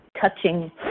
touching